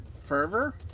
Fervor